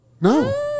No